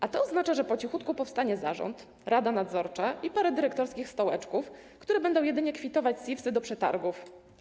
A to oznacza, że po cichutku powstanie zarząd, rada nadzorcza i parę dyrektorskich stołeczków, które będą jedynie kwitować SIWZ-y do przetargów.